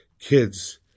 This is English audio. kids